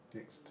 next